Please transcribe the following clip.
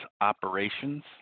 operations